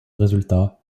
résultat